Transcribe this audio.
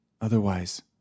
Otherwise